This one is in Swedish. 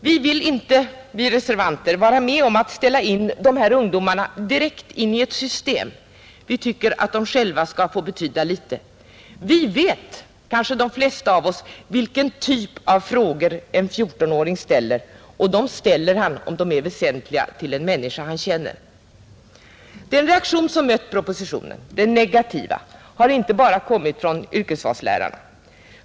Vi reservanter vill inte vara med om att foga dessa ungdomar direkt in i ett system. Vi tycker att de själva skall få betyda litet. De flesta av oss vet kanske vilken typ av frågor en 14-åring ställer, och om frågorna är väsentliga ställs de till en människa som han känner. Den negativa reaktion som mött propositionen har inte enbart kommit från yrkesvalslärare.